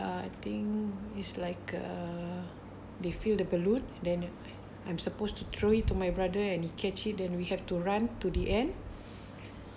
I think it's like uh they fill the balloon then I'm supposed to throw it to my brother and he catch it then we have to run to the end